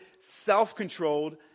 self-controlled